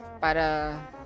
Para